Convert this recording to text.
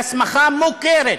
והסמכה מוכרת